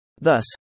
Thus